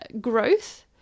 growth